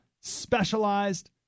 specialized